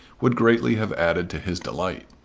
would greatly have added to his delight.